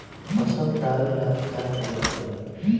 फसल दावेला का करे के परी?